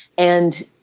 and